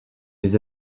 les